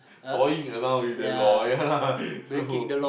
toying around with the law ya lah so